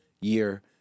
year